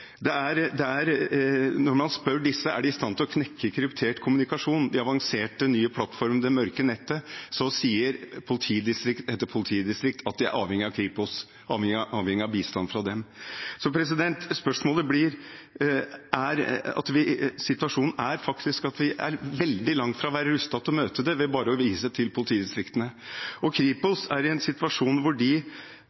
Når man spør disse om de er i stand til å knekke kryptert kommunikasjon, de avanserte nye plattformene eller det mørke nettet, sier politidistrikt etter politidistrikt at de er avhengige av Kripos, avhengige av bistand fra dem. Situasjonen er faktisk at vi er veldig langt fra å være rustet til å møte dette ved bare å vise til politidistriktene.